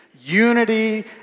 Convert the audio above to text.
unity